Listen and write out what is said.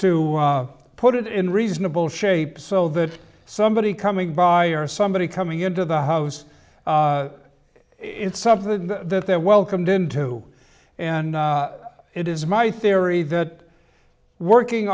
to put it in reasonable shape so that somebody coming by or somebody coming into the house is something that they're welcomed into and it is my theory that working